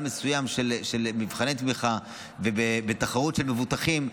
מסוים של מבחני תמיכה ובתחרות של מבוטחים,